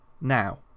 Now